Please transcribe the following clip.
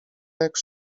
jak